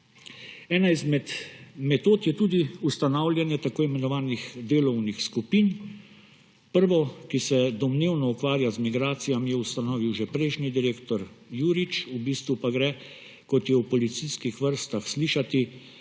Ena izmed metod je tudi ustanavljanje tako imenovanih delovnih skupin. Prvo, ki se domnevno ukvarja z migracijami, je ustanovil že prejšnji direktor Jurič, v bistvu pa gre, kot je v policijskih vrstah slišati, za